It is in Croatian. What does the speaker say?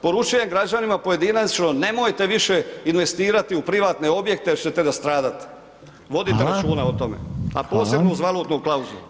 Poručujem građanima pojedinačno, nemojte više investirati u privatne objekte jer ćete nastradat [[Upadica: Hvala]] vodite računa o tome, a posebno [[Upadica: Hvala]] uz valutnu klauzulu.